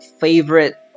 favorite